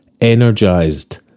Energized